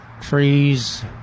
trees